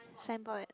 sand board